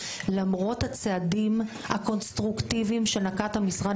למרות הצעדים הקונסטרוקטיביים שנקט המשרד